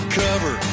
cover